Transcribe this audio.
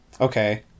okay